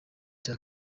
cya